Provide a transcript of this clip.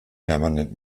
permanent